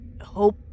hope